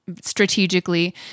strategically